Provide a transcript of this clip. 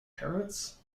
parrots